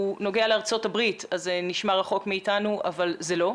הוא נוגע לארצות הברית וזה נשמע רחוק מאתנו אבל זה לא.